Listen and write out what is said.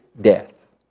death